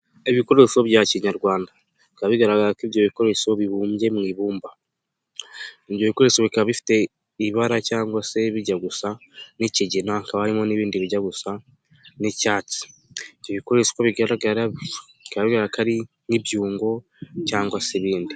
Ibikoresho bya kinyarwanda, bikaba bigaragara ko ibyo bikoresho bibumbye mu ibumba ibyo bikoresho bikaba bifite ibara cyangwa se bijya gusa n'ikigina, hakaba harimo n'ibindi bijya gusa n'icyatsi, ibikoresho uko bigaragara bikagaragara ko ari nk'ibyungo cyangwa se ibindi.